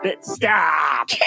Stop